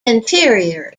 interior